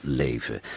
leven